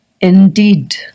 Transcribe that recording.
Indeed